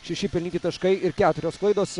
šeši pelnyti taškai ir keturios klaidos